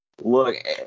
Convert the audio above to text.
Look